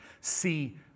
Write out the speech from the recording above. see